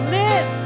live